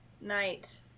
night